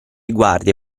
guardie